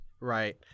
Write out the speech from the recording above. Right